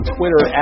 Twitter